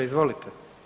Izvolite.